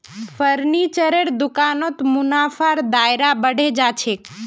फर्नीचरेर दुकानत मुनाफार दायरा बढ़े जा छेक